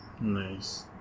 Nice